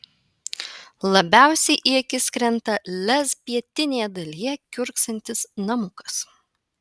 labiausiai į akis krenta lez pietinėje dalyje kiurksantis namukas